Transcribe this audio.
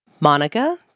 Monica